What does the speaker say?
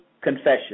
confession